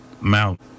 mount